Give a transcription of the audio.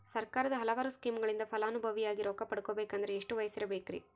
ಸರ್ಕಾರದ ಹಲವಾರು ಸ್ಕೇಮುಗಳಿಂದ ಫಲಾನುಭವಿಯಾಗಿ ರೊಕ್ಕ ಪಡಕೊಬೇಕಂದರೆ ಎಷ್ಟು ವಯಸ್ಸಿರಬೇಕ್ರಿ?